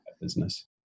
business